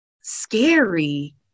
scary